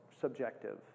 subjective